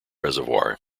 reservoir